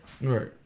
Right